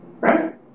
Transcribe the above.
Right